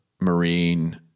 marine